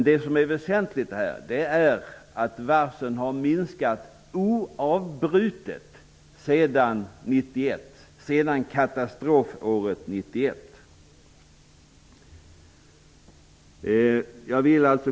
Det som är väsentligt är att antalet varsel har minskat oavbrutet sedan katastrofåret 1991. Herr talman!